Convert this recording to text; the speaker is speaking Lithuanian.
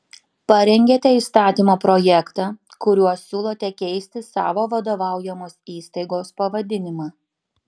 parengėte įstatymo projektą kuriuo siūlote keisti savo vadovaujamos įstaigos pavadinimą